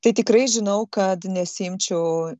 tai tikrai žinau kad nesiimčiau